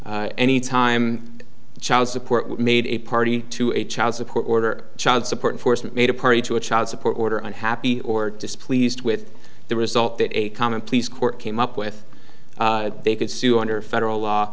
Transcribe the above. any time child support made a party to a child support order child support enforcement made a party to a child support order unhappy or displeased with the result that a common pleas court came up with they could sue under federal law